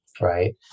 right